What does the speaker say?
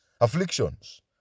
afflictions